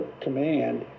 command